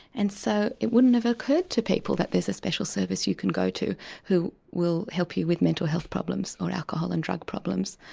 and so it wouldn't have occurred to people that there is a special service you can go to who will help you with mental health problems or alcohol and drug problems.